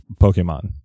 Pokemon